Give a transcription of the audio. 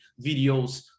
videos